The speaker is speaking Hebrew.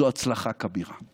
זו הצלחה כבירה.